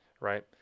right